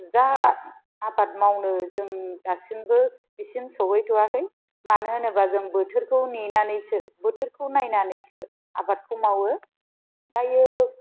जा आबाद मावनो जों दासिमबो बिसिम सहैथ'वाखै मानो होनोबा जों बोथोरखौ नेनानैसो बोथोरखौ नायनानैसो आबादखौ मावो दायो